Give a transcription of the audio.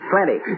Plenty